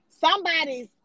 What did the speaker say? somebody's